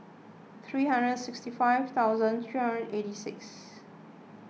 three hundred and sixty five thousand three hundred eighty six